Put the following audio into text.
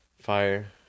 fire